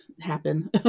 happen